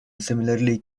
similarly